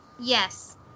Yes